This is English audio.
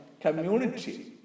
community